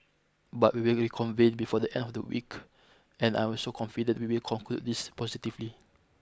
but we will reconvene before the end of the week and I also confident we will conclude this positively